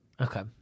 okay